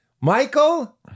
Michael